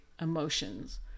emotions